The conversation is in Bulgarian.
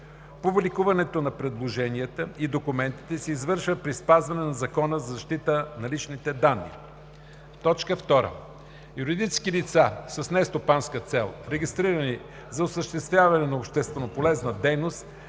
Публикуването на предложенията и документите се извършва при спазване на Закона за защита на личните данни. 2. Юридически лица с нестопанска цел, регистрирани за осъществяване на общественополезна дейност,